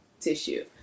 tissue